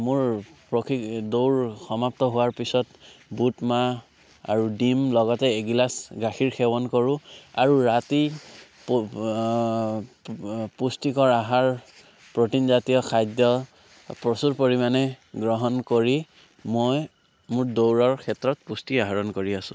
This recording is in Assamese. মোৰ প্ৰশি দৌৰ সমাপ্ত হোৱাৰ পিছত বুটমাহ আৰু ডিম আৰু লগতে এগিলাছ গাখীৰ সেৱন কৰোঁ আৰু ৰাতি পু পুষ্টিকৰ আহাৰ প্ৰ'টিনজাতীয় খাদ্য প্ৰচুৰ পৰিমাণে গ্ৰহণ কৰি মই মোৰ দৌৰাৰ ক্ষেত্ৰত পুষ্টি আহৰণ কৰি আছোঁ